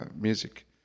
music